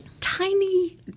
tiny